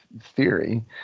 theory